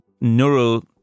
neural